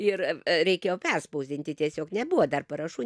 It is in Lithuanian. ir reikėjo perspausdinti tiesiog nebuvo dar parašų